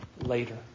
later